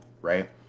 right